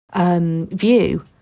view